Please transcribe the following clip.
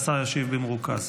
והשר ישיב במרוכז.